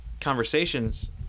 conversations